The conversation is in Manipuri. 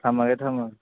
ꯊꯝꯃꯒꯦ ꯊꯝꯃꯒꯦ